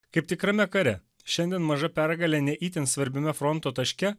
kaip tikrame kare šiandien maža pergalė ne itin svarbiame fronto taške